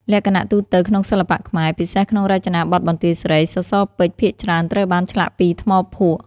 លក្ខណៈទូទៅក្នុងសិល្បៈខ្មែរ (ពិសេសក្នុងរចនាបថបន្ទាយស្រី) សសរពេជ្រភាគច្រើនត្រូវបានឆ្លាក់ពី ថ្មភក់។